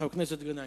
חבר הכנסת גנאים.